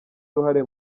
uruhare